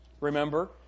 Remember